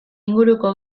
inguruko